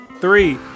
three